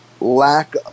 lack